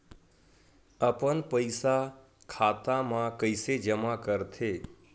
अपन पईसा खाता मा कइसे जमा कर थे?